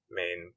main